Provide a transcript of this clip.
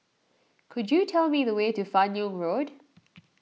could you tell me the way to Fan Yoong Road